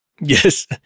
Yes